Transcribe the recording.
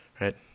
right